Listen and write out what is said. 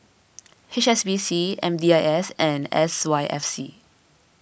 H S B C M D I S and S Y F C